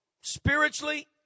spiritually